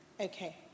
Okay